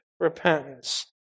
repentance